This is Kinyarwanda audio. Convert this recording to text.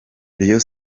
rayon